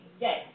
Yes